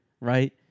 Right